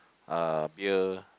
uh beer